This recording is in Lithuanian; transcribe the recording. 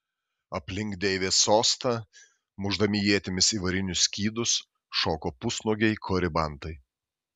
aplink deivės sostą mušdami ietimis į varinius skydus šoko pusnuogiai koribantai